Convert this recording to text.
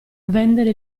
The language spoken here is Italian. vendere